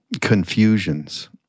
confusions